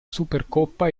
supercoppa